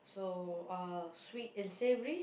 so uh sweet and savory